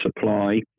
supply